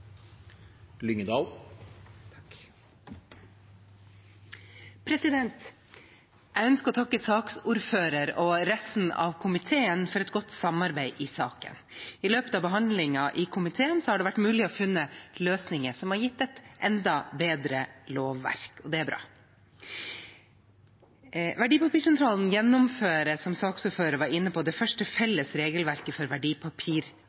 Jeg ønsker å takke saksordføreren og resten av komiteen for et godt samarbeid i saken. I løpet av behandlingen i komiteen har det vært mulig å finne løsninger som har gitt oss et enda bedre lovverk, og det er bra. Verdipapirsentralen gjennomfører, som saksordføreren var inne på, det første felles regelverket for